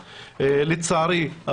לצערי,